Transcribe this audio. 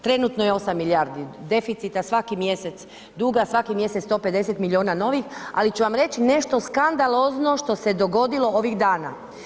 Trenutno je 8 milijardi deficita, svaki mjesec duga, svaki mjesec 150 milijuna novih, ali ću vam reći nešto skandalozno što se dogodilo ovih dana.